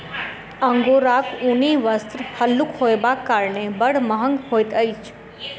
अंगोराक ऊनी वस्त्र हल्लुक होयबाक कारणेँ बड़ महग होइत अछि